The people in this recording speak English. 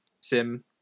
sim